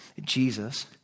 Jesus